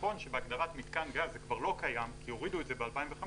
נכון שבהגדרת "מיתקן גז" זה כבר לא קיים כי הורידו את זה ב-2015,